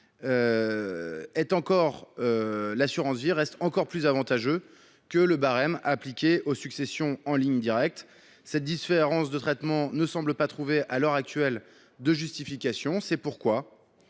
l’assurance vie reste encore plus avantageux que celui qui est appliqué aux successions en ligne directe. Cette différence de traitement ne semble pas trouver à l’heure actuelle de justification. C’est pourquoi,